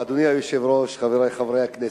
אדוני היושב-ראש, חברי חברי הכנסת,